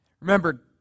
Remember